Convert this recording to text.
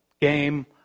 game